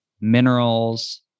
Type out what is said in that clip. minerals